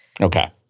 Okay